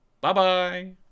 Bye-bye